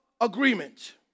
agreement